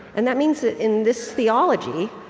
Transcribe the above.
and that means that in this theology,